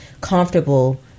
comfortable